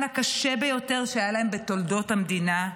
הקשה ביותר שהיה להם בתולדות המדינה,